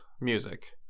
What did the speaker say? music